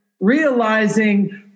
realizing